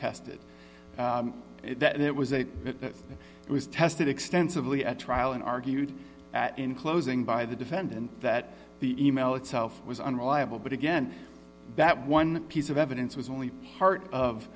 tested that it was a it was tested extensively at trial and argued in closing by the defendant that the email itself was unreliable but again that one piece of evidence was only part of